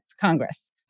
Congress